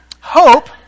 Hope